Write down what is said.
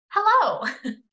Hello